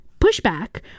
pushback